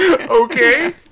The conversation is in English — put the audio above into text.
Okay